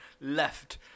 left